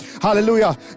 Hallelujah